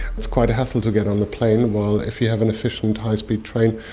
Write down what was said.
it's quite a hassle to get on a plane. while if you have an efficient high speed train,